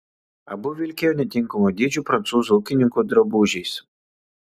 abu vilkėjo netinkamo dydžio prancūzų ūkininkų drabužiais